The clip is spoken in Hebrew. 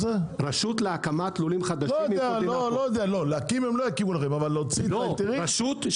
הם לא יקימו לכם רשות,